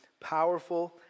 powerful